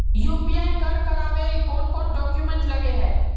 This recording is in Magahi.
यु.पी.आई कर करावेल कौन कौन डॉक्यूमेंट लगे है?